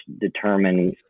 determine